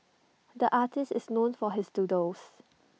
the artist is known for his doodles